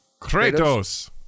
Kratos